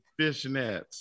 fishnets